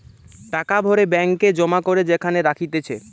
টাকা ভরে ব্যাঙ্ক এ জমা করে যেখানে রাখতিছে